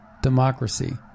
democracy